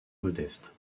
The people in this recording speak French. modeste